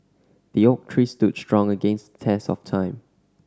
the oak tree stood strong against test of time